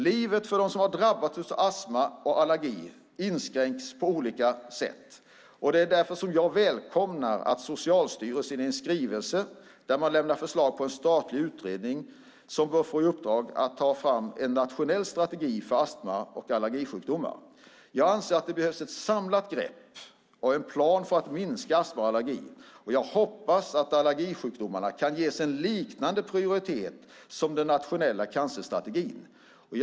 Livet för dem som har drabbats av astma och allergi inskränks på olika sätt. Därför välkomnar jag att Socialstyrelsen i en skrivelse lämnar förslag på en statlig utredning som bör få i uppdrag att ta fram en nationell strategi för astma och allergisjukdomar. Jag anser att det behövs ett samlat grepp och en plan för att minska astma och allergi, och jag hoppas att allergisjukdomar kan ges en liknande prioritet som den nationella cancerstrategin har.